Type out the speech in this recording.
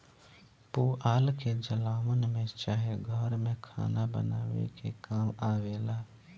पुआल के जलावन में चाहे घर में खाना बनावे के काम आवेला